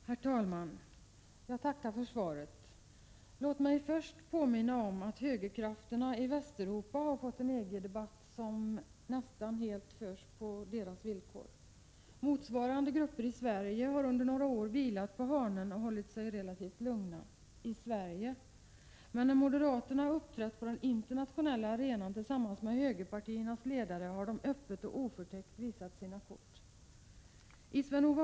Herr talman! Jag tackar för svaret. Låt mig först påminna om att högerkrafterna i Västeuropa har fått en EG-debatt som nästan helt förs på deras villkor. Motsvarande grupper i Sverige har under några år vilat på hanen och hållit sig relativt lugna — i Sverige. Men när moderaterna har uppträtt på den internationella arenan tillsammans med högerpartiernas ledare har de öppet och oförtäckt visat sina kort. Prot.